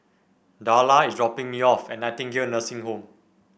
Darla is dropping me off at Nightingale Nursing Home